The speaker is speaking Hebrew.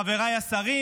חבריי השרים,